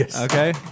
Okay